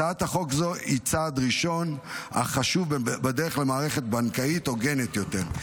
הצעת חוק זו היא צעד ראשון אך חשוב בדרך למערכת בנקאית הוגנת יותר.